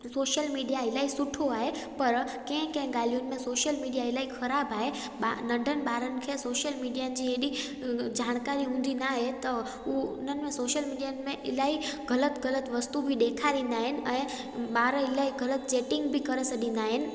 social media इलाही सुठो आहे पर कंहिं कंहिं ॻाल्हियुनि में सोशल मिडिया इलाही ख़राबु आहे बा नंढनि ॿारनि खे सोशल मिडिया जी हेॾी जानकारी हूंदी न आहे त उ उन्हनि में सोशल मिडिया में इलाही ग़लति ग़लति वस्तु बि ॾेखारींदा आहिनि ऐं ॿार इलाही ग़लति चेटिंग बि करे सघंदा आहिनि